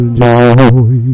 joy